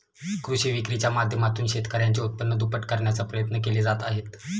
कृषी विक्रीच्या माध्यमातून शेतकऱ्यांचे उत्पन्न दुप्पट करण्याचा प्रयत्न केले जात आहेत